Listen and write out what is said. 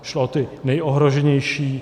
Šlo o ty nejohroženější.